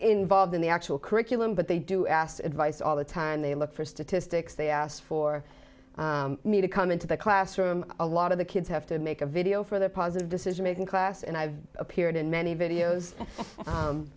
involved in the actual curriculum but they do ask advice all the time they look for statistics they asked for me to come into the classroom a lot of the kids have to make a video for their positive decision making class and i've appeared in many videos